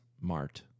mart